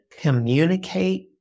communicate